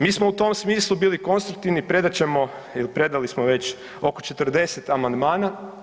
Mi smo u tom smislu bili konstruktivni predat ćemo ili predali smo već oko 40 amandmana.